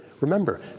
Remember